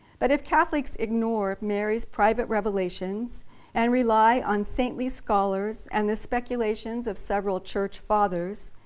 but if catholics ignore mary's private revelations and rely on saintly scholars and the speculations of several church fathers,